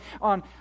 on